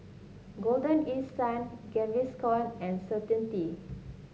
Golden East Sun Gaviscon and Certainty